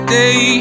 day